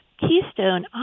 keystone